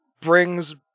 brings